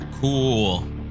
Cool